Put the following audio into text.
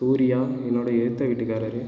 சூர்யா என்னோடய எதித்த வீட்டுக்காரர்